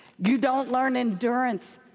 you don't learn endurance